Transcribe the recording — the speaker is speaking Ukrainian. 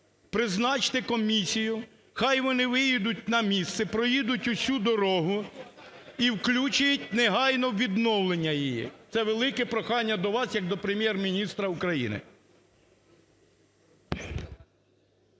Призначте комісію, хай вони виїдуть на місце, проїдуть усю дорогу і включать негайно у відновлення її, це велике прохання до вас як до Прем'єр-міністра України.